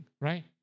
right